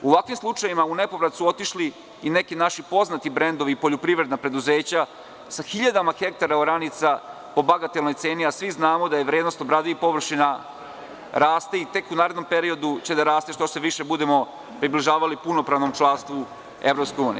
U ovakvim slučajevima u nepovrat su otišli i neki naši poznati brendovi, poljoprivredna preduzeća sa hiljadama hektara oranica po bagatelnoj ceni, a svi znamo da vrednost obradivih površina raste i tek u narednom periodu će da raste što se više budemo približavali punopravnom članstvu EU.